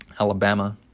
Alabama